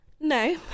No